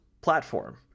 platform